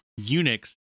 Unix